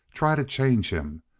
try to change him,